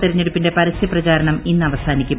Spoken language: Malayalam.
തെരഞ്ഞെടുപ്പിന്റെ പരസ്യ പ്രചാരണം ഇന്നവസാനിക്കും